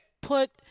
put